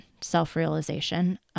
self-realization